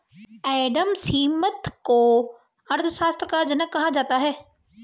Adam Smith को अर्थशास्त्र का जनक कहा जाता है